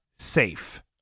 safe